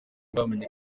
bamenye